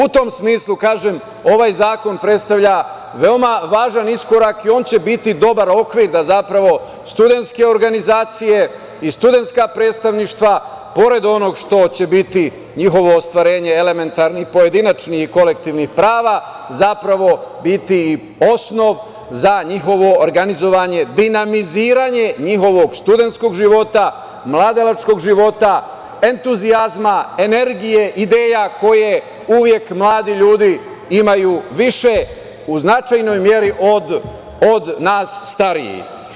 U tom smislu kažem, ovaj zakon predstavlja veoma važan iskorak i on će biti dobar okvir da zapravo studentske organizacije i studentska predstavništva pored onoga što će biti njihovo ostvarenje elementarnih i pojedinačnih i kolektivnih prava, zapravo biti i osnov za njihovo organizovanje dinamiziranje njihovog studentskog života, mladalačkog života, entuzijazma, energija, ideje koje uvek mladi ljudi imaju više u značajnoj meri od nas starijih.